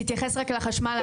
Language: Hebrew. תתייחס רק לחשמל.